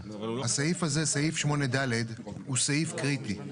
הסעיף זה, סעיף 8 (ד') הוא סעיף קריטי.